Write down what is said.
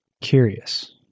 curious